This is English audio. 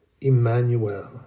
Emmanuel